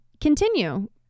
continue